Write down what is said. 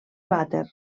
vàter